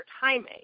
timing